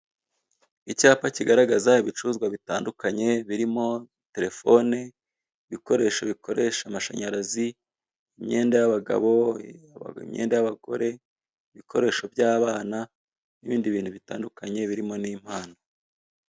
Icyapa kigaragara ibicuruzwa bitandukanye birimo telefone, ibikoresho bikoresha amashanyarazi, imyenda y'abagabo, imyenda y'abagore, ibikoresho by'abana n'ibindi bintu bitandukanye birimo n'impano